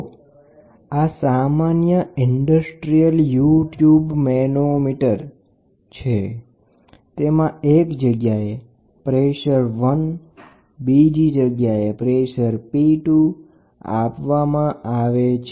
તો આ સામાન્ય ઇન્ડસ્ટ્રીયલ યુ ટ્યુબ મેનોમીટર તેમાં એક જગ્યાએ પ્રેસર 1 અને બીજી જગ્યાએ પ્રેસર 2 આપવામાં આવે છે